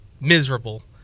miserable